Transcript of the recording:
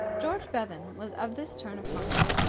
george bevan was of this turn of mind.